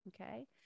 Okay